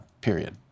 period